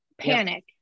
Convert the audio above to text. Panic